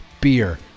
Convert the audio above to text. beer